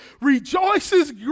rejoices